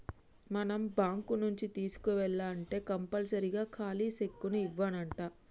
మనం బాంకు నుంచి తీసుకోవాల్నంటే కంపల్సరీగా ఖాలీ సెక్కును ఇవ్యానంటా